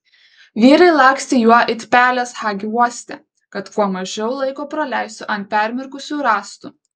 vyrai lakstė juo it pelės hagi uoste kad kuo mažiau laiko praleistų ant permirkusių rąstų